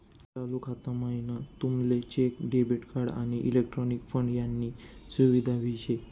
चालू खाता म्हाईन तुमले चेक, डेबिट कार्ड, आणि इलेक्ट्रॉनिक फंड यानी सुविधा भी शे